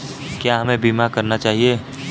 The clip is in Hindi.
क्या हमें बीमा करना चाहिए?